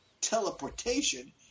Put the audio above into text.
teleportation